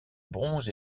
bronze